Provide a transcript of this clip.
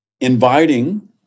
inviting